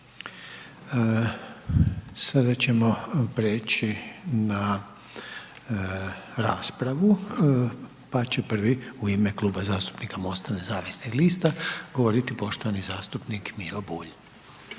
Sada ćemo prijeći na raspravu, pa će prvi u ime Kluba zastupnika MOST-a nezavisnih lista, govoriti poštovani zastupnik Miro Bulj.